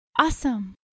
Awesome